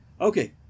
Okay